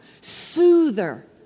soother